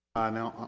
i know.